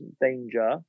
danger